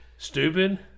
Stupid